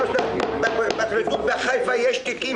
--- בפרקליטות בחיפה יש תיקים